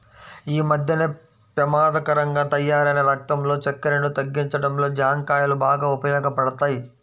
యీ మద్దెన పెమాదకరంగా తయ్యారైన రక్తంలో చక్కెరను తగ్గించడంలో జాంకాయలు బాగా ఉపయోగపడతయ్